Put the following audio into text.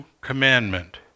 commandment